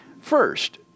First